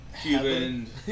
Cuban